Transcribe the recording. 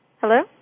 Hello